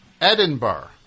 Edinburgh